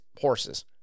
horses